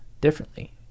differently